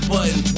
Button